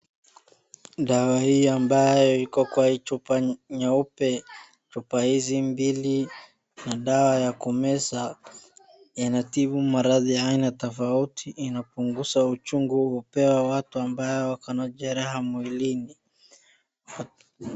Dawa hii ambayo iko kwa hii chupa nyeupe, chupa hizi mbili na dawa ya kumeza inatibu maradhi ya aina tofauti, inapunguza uchungu, hupewa watu ambao wako na jeraha mwilini.